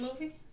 movie